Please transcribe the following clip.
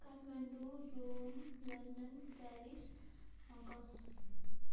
Kathmandu Rome London Paris Hong Kong